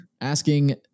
asking